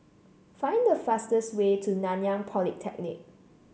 find the fastest way to Nanyang Polytechnic